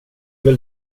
väl